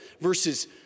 versus